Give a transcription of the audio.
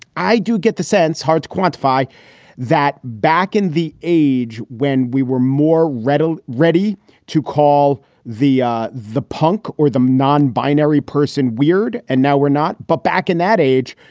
i do get the sense hard to quantify that. back in the age when we were more redl ready to call the ah the punk or the non binary person weird, and now we're not. but back in that age,